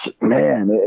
man